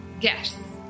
Yes